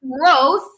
growth